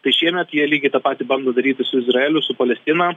tai šiemet jie lygiai tą patį bando daryti su izraeliu su palestina